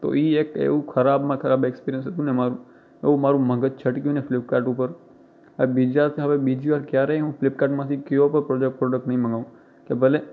તો એ એક એવું ખરાબમાં ખરાબ ઍક્સપિરિયન્સ હતું ને મારું એવું મારું મગજ છટક્યું ને ફ્લિપકાર્ટ ઉપર હવે બીજા હવે બીજીવાર ક્યારેય હું ફ્લિપકાર્ટમાંથી કોઈપણ પ્રોડક્ટ નહીં મગાવું કે ભલે